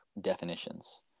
definitions